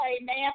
amen